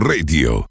Radio